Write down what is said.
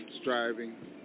striving